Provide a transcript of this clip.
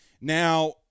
Now